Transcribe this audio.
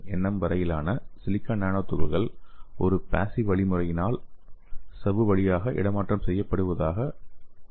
M வரையிலான silica nano துகள்கள் ஒரு பேஸிவ் வழிமுறையின் மூலம் சவ்வு வழியாக இடமாற்றம் செய்யப்படுவதாக அறிவிக்கப்பட்டுள்ளது